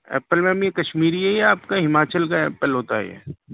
apple میم یہ کشمیری ہے یا آپ کا ہماچل کا ایپل ہوتا ہے یہ